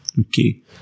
Okay